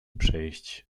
przejść